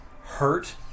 Hurt